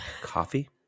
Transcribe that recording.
Coffee